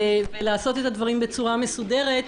לעשות את הדברים בצורה מסודרת,